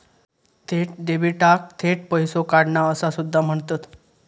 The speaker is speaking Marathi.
थेट डेबिटाक थेट पैसो काढणा असा सुद्धा म्हणतत